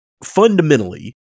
fundamentally